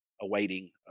awaiting